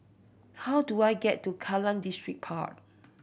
how do I get to Kallang Distripark